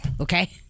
okay